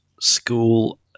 school